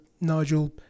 Nigel